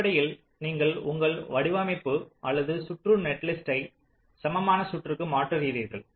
அடிப்படையில் நீங்கள் உங்கள் வடிவமைப்பு அல்லது சுற்று நெட்லிஸ்ட்டை சமமான சுற்றுக்கு மாற்றுகிறீர்கள்